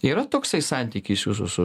yra toksai santykis jūsų su